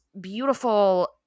beautiful